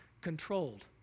controlled